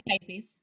Pisces